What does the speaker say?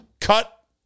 Cut